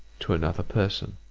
to another person.